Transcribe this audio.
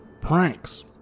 pranks